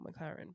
McLaren